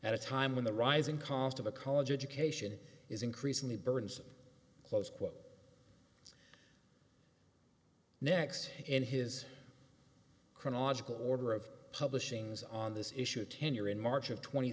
at a time when the rising cost of a college education is increasingly burdensome close quote next in his chronology order of publishings on this issue tenure in march of tw